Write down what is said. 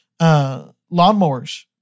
lawnmowers